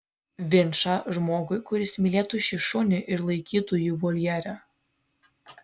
vinčą žmogui kuris mylėtų šį šunį ir laikytų jį voljere